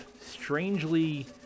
strangely